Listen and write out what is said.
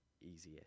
easiest